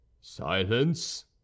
silence